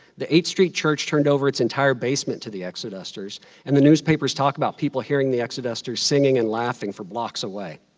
the h street church turned over its entire basement to the exodusters and the newspapers talk about people hearing the exodusters singing and laughing from blocks away.